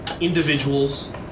individuals